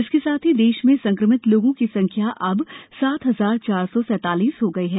इसके साथ ही देश में संक्रमित लोगों की संख्या अब तक सात हजार चार सौ सैंतालीस हो गई हैं